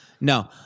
No